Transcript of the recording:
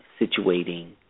situating